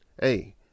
hey